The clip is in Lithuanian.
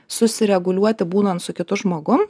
susireguliuoti būnant su kitu žmogum